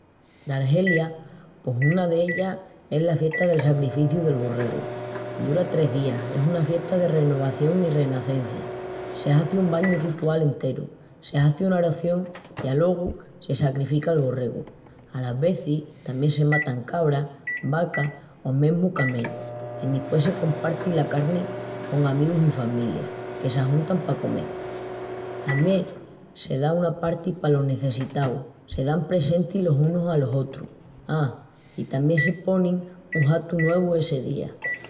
D'Argelia pos una d'ellas es la fiesta del sacrificiu del borregu. Dura tres días, es una fiesta de renovación i renacencia. Se hazi un bañu ritual enteru. Se hazi una oración i aluegu se sacrifica'l borregu. Alas vezis tamién se matan cabras, vacas o mesmu camellus. Endispués se comparti la carni con amigus i familia, que s'ajntan pa comel. Tamién se da una parti palos nessecitaus, se dan presentis los unus alos otrus. A, i tamién se ponin un hatu nuevu essi día.